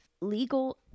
Legal